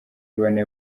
bane